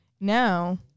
Now